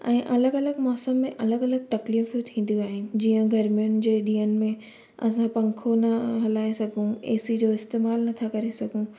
ऐं अलॻि अलॻि मौसम में अलॻि अलॻि तकलीफ़ियूं थींदियूं आहिनि जीअं गर्मियुनि जे ॾींहंनि में असां पंखो न हलाए सघूं ए सी जो इस्तेमालु न था करे सघूं